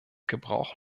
gebrauch